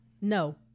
no